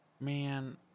Man